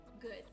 Good